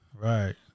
right